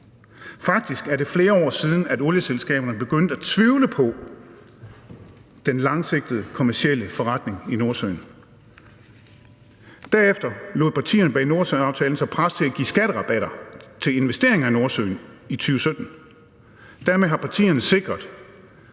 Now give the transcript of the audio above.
Faktisk er det flere år siden, at olieselskaberne begyndte at tvivle på den langsigtede kommercielle forretning i Nordsøen. Derefter lod partierne bag Nordsøaftalen sig presse til at give skatterabatter til investeringer i Nordsøen i 2017. Dermed har partierne sikret